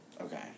Okay